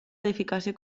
edificació